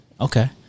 Okay